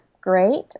great